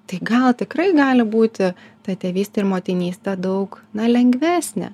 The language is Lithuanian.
tai gal tikrai gali būti ta tėvystė ir motinystė daug lengvesnė